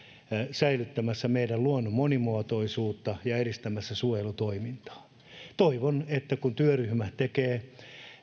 säilyttämässä meidän luonnon monimuotoisuutta ja edistämässä suojelutoimintaa toivon että kun työryhmä tekee